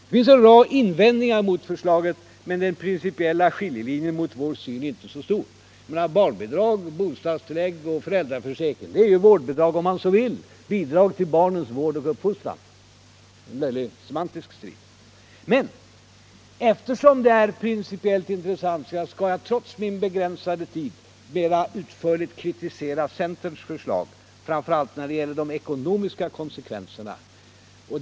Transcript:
Det finns en rad invändningar mot förslaget, men den principiella skiljelinjen gentemot vår syn är inte så markerad. Barnbidrag, bostadstillägg och föräldraförsäkring är ju vårdbidrag, om man så vill — bidrag till barnens vård och uppfostran. Det blir möjligen en semantisk strid. Men eftersom det här är principiellt intressant skall jag, trots min begränsade tid, mera utförligt kritisera centerns förslag, framför allt dess ekonomiska konsekvenser.